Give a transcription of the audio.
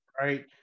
right